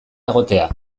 egotea